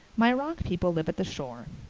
my rock people live at the shore.